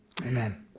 amen